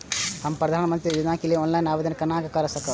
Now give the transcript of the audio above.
हम प्रधानमंत्री योजना के लिए ऑनलाइन आवेदन केना कर सकब?